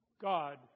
God